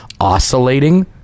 oscillating